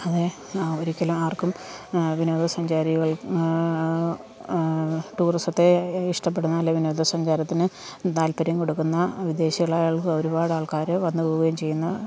അങ്ങനെ ഒരിക്കലും ആർക്കും വിനോദസഞ്ചാരികൾ ടൂറിസത്തെ ഇഷ്ടപ്പെടുന്ന അല്ലെങ്കിൽ വിനോദസഞ്ചാരത്തിന് താൽപ്പര്യം കൊടുക്കുന്ന വിദേശികളായ ഒരുപാട് ആൾക്കാർ വന്നുപോവുകയും ചെയ്യുന്ന